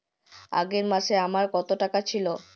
আগের মাসে আমার কত টাকা ছিল?